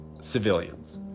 civilians